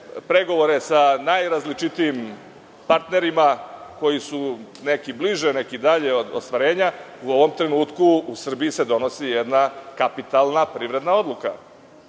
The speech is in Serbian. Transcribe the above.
pregovore sa najrazličitijim partnerima, koji su neki bliže, neki dalje od ostvarenja, ali u ovom trenutku u Srbiji se donosi jedna kapitalna privredna odluka.